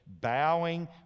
bowing